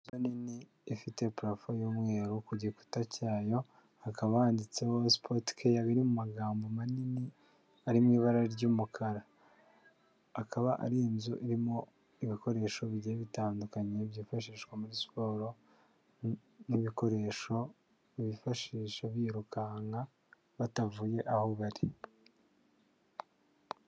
Inzu nini ifite parafo y'umweru ku gikuta cyayo kaba handitseho sipoti ke biri mu magambo manini ari mu ibara ry'umukara. Akaba ari inzu irimo ibikoresho bigiye bitandukanye byifashishwa muri siporo n'ibikoresho bifashisha birukanka batavuye aho bari.